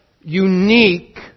unique